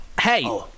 hey